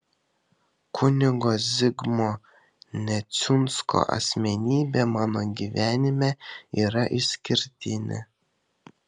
kunigo zigmo neciunsko asmenybė mano gyvenime yra išskirtinė